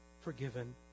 forgiven